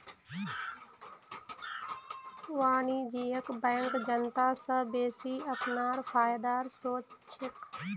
वाणिज्यिक बैंक जनता स बेसि अपनार फायदार सोच छेक